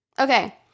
Okay